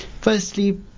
Firstly